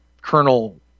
colonel